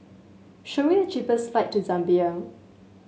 show me the cheapest flight to Zambia